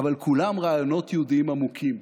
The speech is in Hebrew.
אבל כולם רעיונות יהודיים עמוקים.